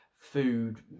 Food